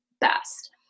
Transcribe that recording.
best